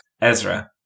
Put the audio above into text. Ezra